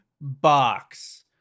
box